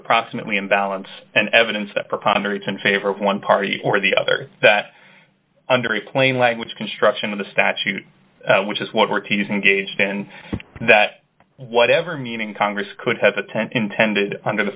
approximately in balance and evidence that preponderance in favor of one party or the other that under the plain language construction of the statute which is what we're teasing gauged in that whatever meaning congress could have a tent intended under the